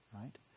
right